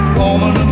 woman